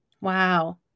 Wow